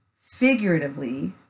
figuratively